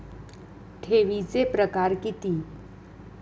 ठेवीचे प्रकार किती?